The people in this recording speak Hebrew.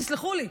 תסלחו לי,